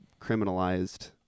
criminalized